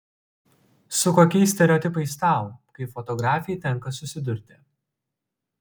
su kokiais stereotipais tau kaip fotografei tenka susidurti